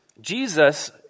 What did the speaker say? Jesus